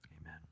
Amen